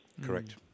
Correct